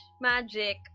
magic